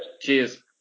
Cheers